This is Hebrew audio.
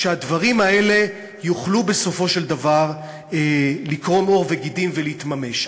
שהדברים האלה יוכלו בסופו של דבר לקרום עור וגידים ולהתממש.